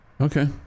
Okay